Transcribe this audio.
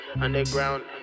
Underground